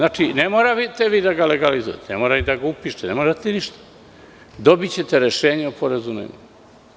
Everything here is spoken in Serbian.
Ne morate da ga legalizujete, ne morate da ga upišete, ne morate ništa, dobićete rešenje o porezu na imovinu.